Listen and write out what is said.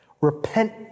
Repent